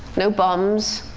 no bombs,